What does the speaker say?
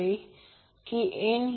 तर हे I0 आहे आणि हे I0 √ 2 आहे